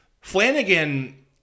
Flanagan